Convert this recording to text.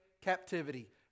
captivity